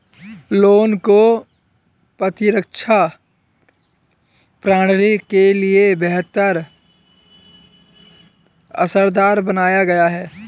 लौंग को प्रतिरक्षा प्रणाली के लिए बेहद असरदार माना गया है